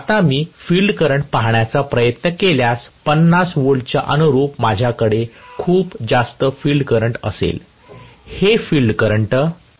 आता मी field current पाहण्याचा प्रयत्न केल्यास 50 V च्या अनुरुप माझ्याकडे खूप जास्त फिल्ड करंट असेल